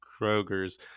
Kroger's